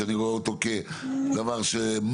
שאני רואה אותו כדבר ש-must.